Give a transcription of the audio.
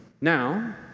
Now